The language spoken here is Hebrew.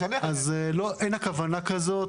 אז אין הכוונה כזאת.